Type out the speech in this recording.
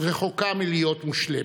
רחוקה מלהיות מושלמת,